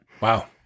Wow